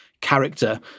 character